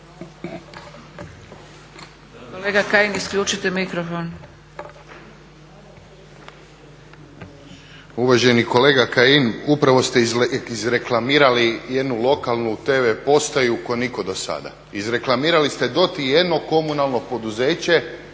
**Mesić, Jasen (HDZ)** Uvaženi kolega Kajin, upravo ste izreklamirali jednu lokalnu TV postaju kao nitko do sada. Izreklamirali ste je … jedno komunalno poduzeće